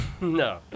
No